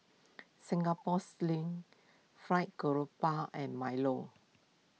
Singapore Sling Fried Grouper and Milo